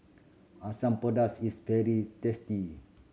Asam Pedas is very tasty